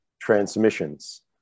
transmissions